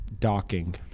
Docking